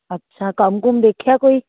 ਅੱਛਾ ਕੰਮ ਕੁੰਮ ਦੇਖਿਆ ਕੋਈ